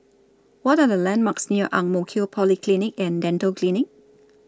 What Are The landmarks near Ang Mo Kio Polyclinic and Dental Clinic